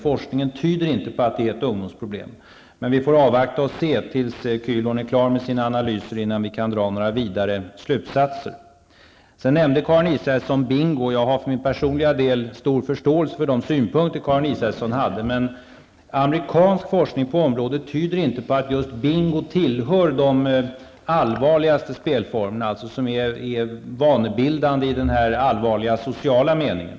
Forskningen tyder inte på att det är ett ungdomsproblem, men vi får avvakta och se tills Kühlhorn är klar med sina analyser innan vi kan dra några vidare slutsatser. Sedan nämnde Karin Israelsson bingo. Jag har för min personliga del stor förståelse för de synpunkter som Karin Israelsson framförde, men amerikansk forskning på området tyder inte på att just bingo tillhör de allvarligaste spelformerna, de som är vanebildande i den här allvarliga sociala meningen.